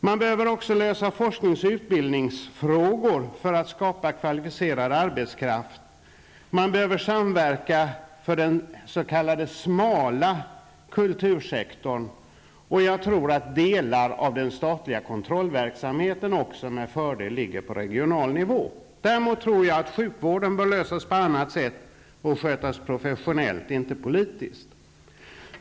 Man behöver också lösa forskningsoch utbildningsfrågor för att skapa kvalificerad arbetskraft. Man behöver samverka för den s.k. smala kultursektorn. Jag tror att delar av den statliga kontrollverksamheten också med fördel bör ligga på regional nivå. Däremot tror jag att sjukvården bör klaras på annat sätt och skötas professionellt -- inte politiskt.